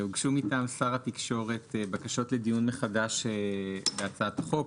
מטעם שר התקשורת בקשות לדיון מחדש בהצעת החוק.